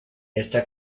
esta